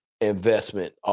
investment